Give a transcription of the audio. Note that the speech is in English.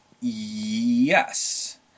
Yes